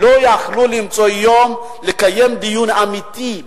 לא יכלו למצוא יום לקיים דיון אמיתי,